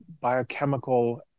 biochemical